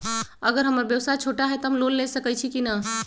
अगर हमर व्यवसाय छोटा है त हम लोन ले सकईछी की न?